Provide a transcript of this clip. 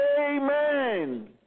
Amen